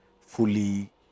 fully